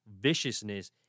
viciousness